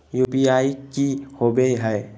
UPI की होवे हय?